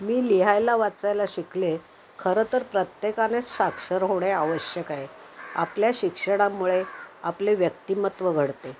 मी लिहायला वाचायला शिकले खरं तर प्रत्येकाने साक्षर होणे आवश्यक आहे आपल्या शिक्षणामुळे आपले व्यक्तिमत्व घडते